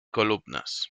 columnas